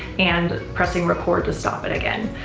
and pressing record to stop it again.